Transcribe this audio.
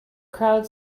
crowd